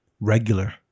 regular